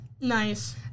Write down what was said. Nice